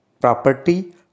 property